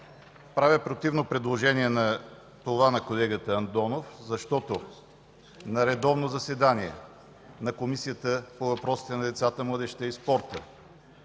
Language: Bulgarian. Правя противно предложение на това на колегата Андонов, защото на редовно заседание на Комисията по въпросите на децата, младежта и спорта